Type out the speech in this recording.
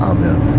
Amen